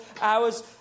hours